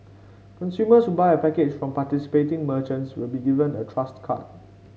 consumers who buy a package from participating merchants will be given a trust card